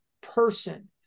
person